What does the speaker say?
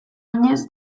oinez